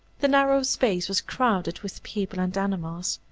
the narrow space was crowded with people and animals.